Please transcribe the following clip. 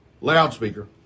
Loudspeaker